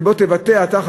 בוא תבטא אתה,